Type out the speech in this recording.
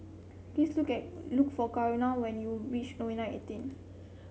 please look at look for Karel when you reach Nouvel eighteen